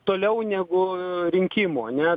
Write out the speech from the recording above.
toliau negu rinkimų ane